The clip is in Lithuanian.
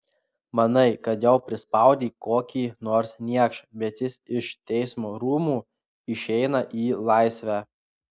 manai kad jau prispaudei kokį nors niekšą bet jis iš teismo rūmų išeina į laisvę